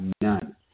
none